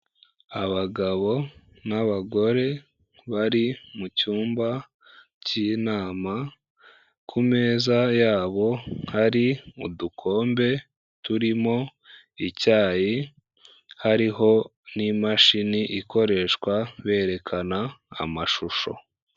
Abagabo n'abagore bari mu cyumba cy'inama, ku meza yabo hari udukombe, turimo icyayi, hariho n'imashini ikoreshwa berekana amashusho.